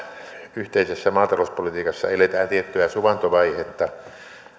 yhteisessä maatalouspolitiikassa eletään tiettyä suvantovaihetta